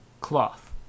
Cloth